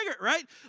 right